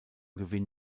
gewinn